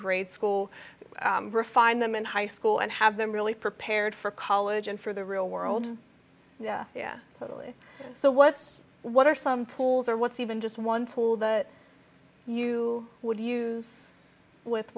grade school refine them in high school and have them really prepared for college and for the real world yeah totally so what's what are some tools or what's even just one tool that you would use with